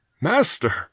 Master